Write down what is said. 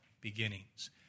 beginnings